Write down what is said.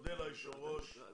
מודה ליושב-ראש על